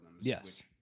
Yes